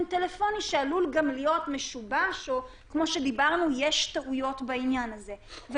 טלפוני שעלול להיות משובש או כמו שדיברנו שיש טעויות בעניין הזה.